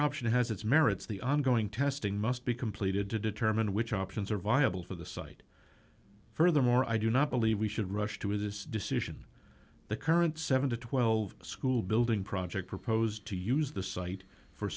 option has its merits the ongoing testing must be completed to determine which options are viable for the site furthermore i do not believe we should rush to this decision the current seven to twelve school building project proposed to use the site for